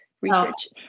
research